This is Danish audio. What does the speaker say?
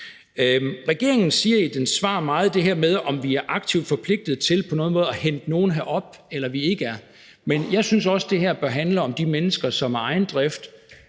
meget om det her med, om vi er aktivt forpligtet til på nogen måde at hente nogle herop, eller om vi ikke er, men jeg synes også, at det her bør handle om de mennesker, som af egen drift